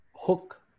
hook